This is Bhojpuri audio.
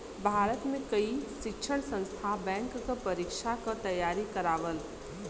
भारत में कई शिक्षण संस्थान बैंक क परीक्षा क तेयारी करावल